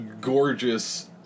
gorgeous